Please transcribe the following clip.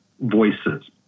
voices